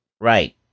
Right